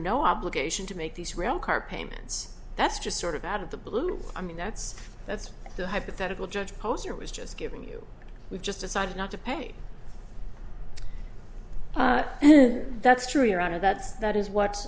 no obligation to make these rail car payments that's just sort of out of the blue i mean that's that's the hypothetical judge posner was just giving you we just decided not to pay that's true your honor that's that is what